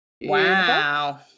Wow